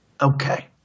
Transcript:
Okay